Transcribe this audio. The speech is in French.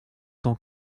tant